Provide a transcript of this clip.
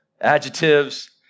adjectives